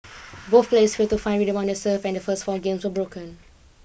both players failed to find rhythm on their serve and the first four games were broken